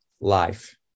life